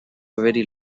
already